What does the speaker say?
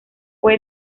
fue